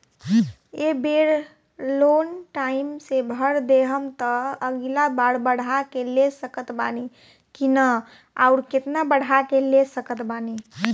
ए बेर loan time से भर देहम त अगिला बार बढ़ा के ले सकत बानी की न आउर केतना बढ़ा के ले सकत बानी?